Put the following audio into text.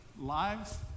lives